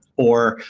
or,